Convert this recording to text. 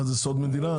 זה סוד מדינה?